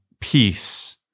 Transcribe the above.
peace